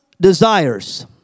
desires